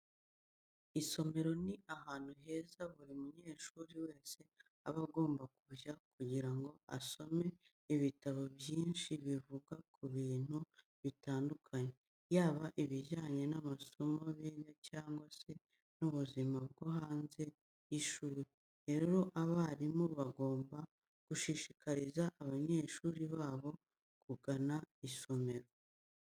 Isomero ni ahantu heza buri munyeshuri wese aba agomba kujya kugira ngo asome ibitabo byinshi bivuga ku bintu bitandukanye, yaba ibijyanye n'amasomo biga cyangwa se n'ubuzima bwo hanze y'ishuri. Rero abarimu bagomba gushishikariza abanyeshuri babo kugana isomero.